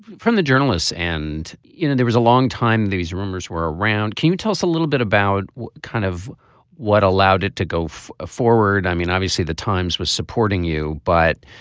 from the journalists. and you know there was a long time these rumors were around. q tell us a little bit about kind of what allowed it to go ah forward. i mean obviously the times was supporting you but.